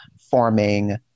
forming